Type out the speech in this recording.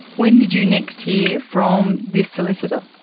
when did you next hear from this solicitor?